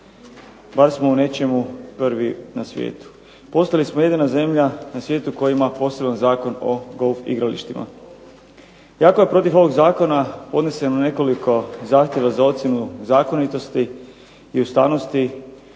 Bar smo u nečemu prvi na svijetu. Postali smo jedina zemlja na svijetu koja ima poseban Zakon o golf igralištima. Iako je protiv ovog zakona podneseno nekoliko zahtjeva za ocjenu zakonitosti i ustavnosti